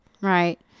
Right